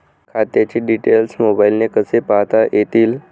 खात्याचे डिटेल्स मोबाईलने कसे पाहता येतील?